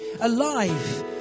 alive